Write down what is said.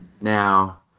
now